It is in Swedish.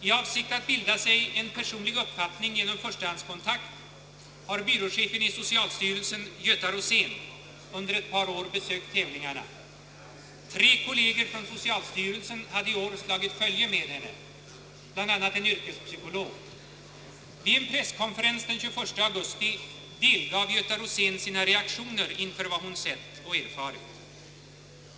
I avsikt att bilda sig en personlig uppfattning genom förstahandskontakt har byråchefen i socialstyrelsen Göta Rosén under ett par år besökt tävlingarna. Tre kolleger från socialstyrelsen hade i år slagit följe med henne, bl.a. en yrkespsykolog. Vid en presskonferens den 21 augusti delgav Göta Rosén sina reaktioner inför vad hon sett och erfarit.